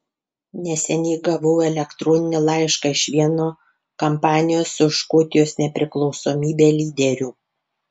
neseniai gavau elektroninį laišką iš vieno kampanijos už škotijos nepriklausomybę lyderių